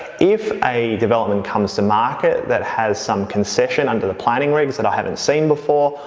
if a development comes to market that has some concession under the planning regs that i haven't seen before,